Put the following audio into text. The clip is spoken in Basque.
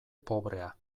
pobrea